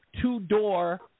two-door